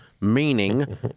meaning